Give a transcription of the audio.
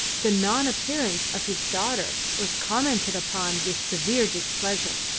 the non-appearance of his daughter was commented upon with severe displeasure,